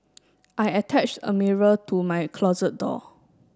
I attached a mirror to my closet door